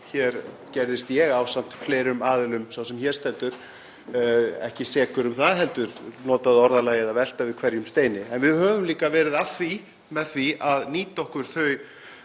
Hér gerðist ég ásamt fleirum aðilum ekki sekur um það heldur notaði orðalagið að velta við hverjum steini. En við höfum líka verið að því með því að nýta okkur þær